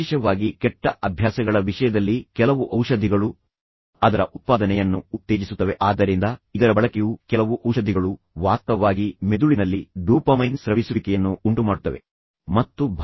ವಿಶೇಷವಾಗಿ ಕೆಟ್ಟ ಅಭ್ಯಾಸಗಳ ವಿಷಯದಲ್ಲಿ ಕೆಲವು ಔಷಧಿಗಳು ಅದರ ಉತ್ಪಾದನೆಯನ್ನು ಉತ್ತೇಜಿಸುತ್ತವೆ ಆದ್ದರಿಂದ ಇದರ ಬಳಕೆಯು ಕೆಲವು ಔಷಧಿಗಳು ವಾಸ್ತವವಾಗಿ ಮೆದುಳಿನಲ್ಲಿ ಡೋಪಮೈನ್ ಸ್ರವಿಸುವಿಕೆಯನ್ನು ಉಂಟುಮಾಡುತ್ತವೆ ಇದು ಹೆಚ್ಚಿನ ಚಟುವಟಿಕೆಯ ಮಟ್ಟಕ್ಕೆ ಕಾರಣವಾಗುತ್ತದೆ